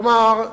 כלומר,